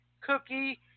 cookie